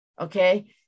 Okay